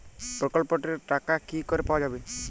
প্রকল্পটি র টাকা কি করে পাওয়া যাবে?